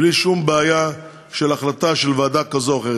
בלי שום בעיה של החלטה של ועדה כזו או אחרת.